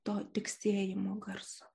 to tiksėjimo garso